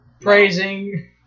praising